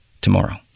tomorrow